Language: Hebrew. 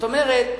זאת אומרת,